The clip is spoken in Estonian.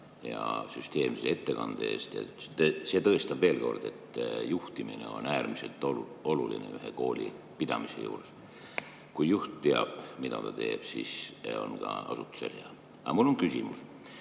ja süsteemse ettekande eest. See tõestab veel kord, et juhtimine on äärmiselt oluline ühe kooli pidamise puhul. Kui juht teab, mida ta teeb, siis see on ka asutusele hea. Aga mul on küsimus.